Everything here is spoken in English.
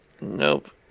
Nope